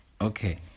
Okay